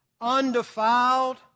undefiled